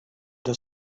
the